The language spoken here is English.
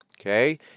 Okay